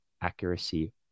accuracy